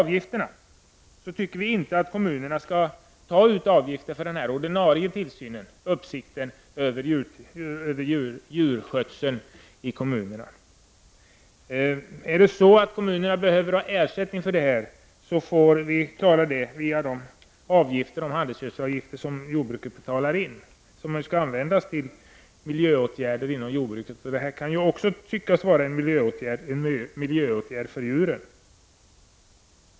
Vi tycker inte att kommunerna skall ta ut avgifter för den ordinarie tillsynen, alltså för uppsikten över djurskötseln inom kommunerna. Om kommunerna behöver ha ersättning för sin tillsynsverksamhet så får vi lösa den frågan via de handelsgödselavgifter som jordbruket betalar. De avgifterna skall ju användas till miljöåtgärder inom jordbruket. Detta kan ju också anses vara en miljöåtgärd, nämligen för djuren.